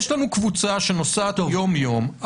יש לנו קבוצה שנוסעת יום-יום.